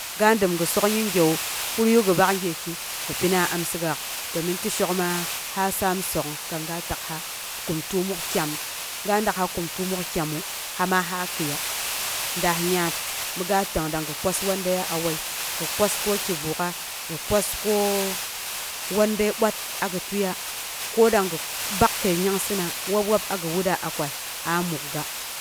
Ga dam gi sok yingewu, kuni gi bak gyeki gi pina amsigaak domin tɨ shok ma aa saam sok'ung kang ga takha kum təomok kyam. Ga dakha kum təomok kyamu himaa ha kɨiya. Daah yaat mi ga tək dagi kwas wandeyo a wai, gi kwas ko ki bukla, gi kwas ko wandə bwat agi tieiya, ko danging gi ɓal kəi nyangsɨna wab- wab, agi wutra kwal a mukga. A musam.